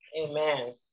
Amen